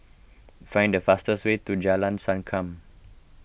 find the fastest way to Jalan Sankam